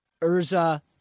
Urza